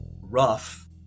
rough